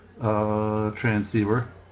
transceiver